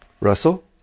Russell